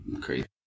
crazy